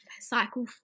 cycle